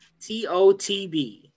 T-O-T-B